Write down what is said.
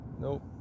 Nope